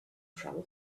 travel